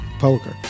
poker